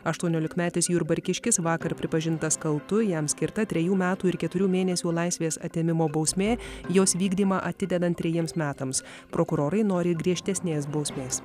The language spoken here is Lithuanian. aštuoniolikmetis jurbarkiškis vakar pripažintas kaltu jam skirta trejų metų ir keturių mėnesių laisvės atėmimo bausmė jos vykdymą atidedant trejiems metams prokurorai nori griežtesnės bausmės